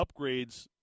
upgrades